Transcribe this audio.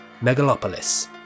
megalopolis